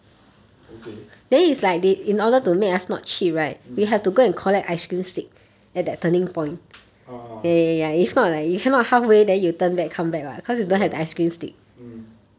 okay mm ah ya mm